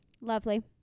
Lovely